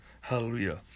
hallelujah